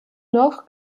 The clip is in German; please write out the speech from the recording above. noch